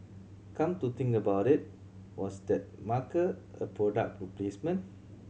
come to think about it was that marker a product replacement